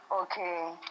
Okay